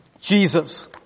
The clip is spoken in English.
Jesus